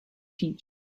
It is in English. future